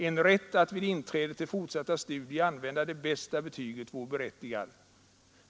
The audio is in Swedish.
En rätt att vid inträde till fortsatta studier använda det bästa betyget vore berättigad.